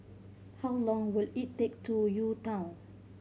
how long will it take to U Town